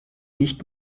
nicht